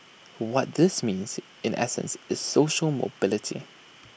what this means in essence is social mobility